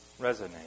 resonate